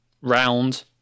round